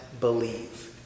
believe